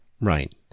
Right